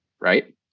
right